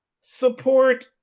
support